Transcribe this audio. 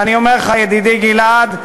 ואני אומר לך: ידידי גלעד,